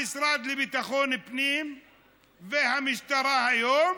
המשרד לביטחון פנים והמשטרה היום